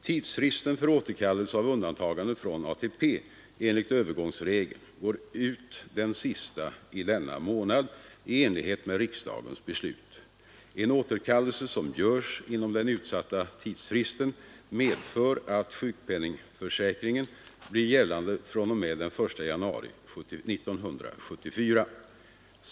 Tidsfristen för återkallelse av undantagande från ATP enligt övergångsregeln går ut den sista i denna månad i enlighet med riksdagens beslut. En återkallelse som görs inom den utsatta tidsfristen medför att sjukpenningförsäkringen blir gällande fr.o.m. den 1 januari 1974.